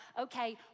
okay